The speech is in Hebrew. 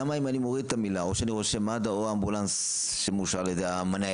למה אם אני מוריד את המילה או רושם מד"א או אמבולנס שמאושר על-ידי השר